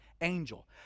Angel